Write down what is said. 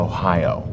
Ohio